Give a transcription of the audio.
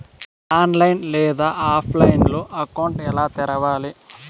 online లేదా ఆఫ్లైన్లో account ఎలా తెరవాలి